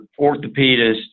orthopedist